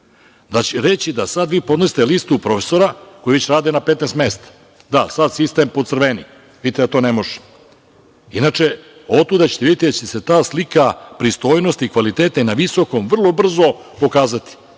da će reći da sad vi podnosite listu profesora koji već rade na 15 mesta. Da, sad sistem pocrveni, vidite da to ne može. Otuda ćete videti da će se ta slika pristojnosti i kvaliteta i na visokom vrlo brzo pokazati.